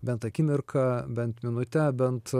bent akimirką bent minutę bent